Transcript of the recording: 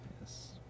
Yes